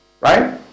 right